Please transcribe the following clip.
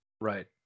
Right